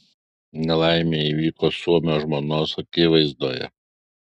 nelaimė įvyko suomio žmonos akivaizdoje